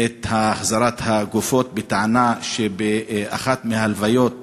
את החזרת הגופות בטענה שבאחת ההלוויות